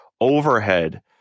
overhead